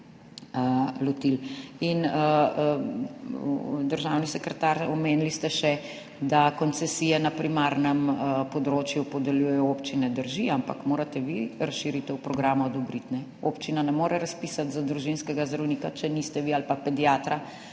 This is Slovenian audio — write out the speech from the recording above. Državni sekretar, omenili ste še, da koncesije na primarnem področju podeljujejo občine. Drži, ampak morate vi razširitev programa odobriti. Občina ne more razpisati za družinskega zdravnika ali pa pediatra,